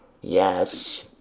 yes